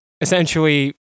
Essentially